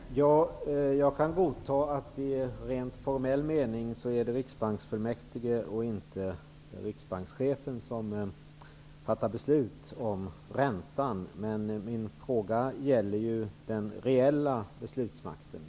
Fru talman! Jag kan godta att det i rent formell mening är Riksbanksfullmäktige och inte riksbankschefen som fattar beslut om räntan. Men min fråga gäller den reella beslutsmakten.